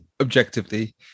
objectively